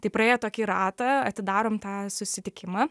tai praėję tokį ratą atidarom tą susitikimą